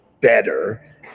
better